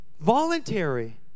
voluntary